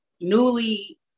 newly